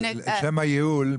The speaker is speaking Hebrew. לשם הייעול,